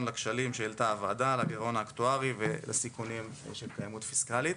לכשלים שהעלתה הוועדה על הגירעון האקטוארי ולסיכונים של קיימות פיסקלית.